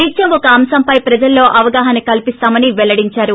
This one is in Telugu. నిత్యం ఒక అంశంపై ప్రజల్లో అవగాహన కల్పిస్తామని వెల్లడించారు